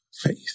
faith